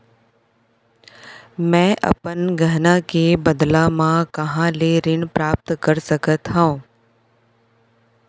मै अपन गहना के बदला मा कहाँ ले ऋण प्राप्त कर सकत हव?